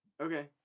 Okay